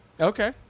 Okay